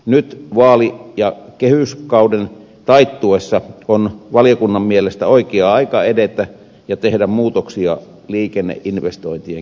nyt vaali ja kehyskauden taittuessa on valiokunnan mielestä oikea aika edetä ja tehdä muutoksia liikenneinvestointien käsittelytapaan